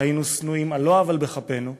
היינו שנואים על לא עוול בכפנו,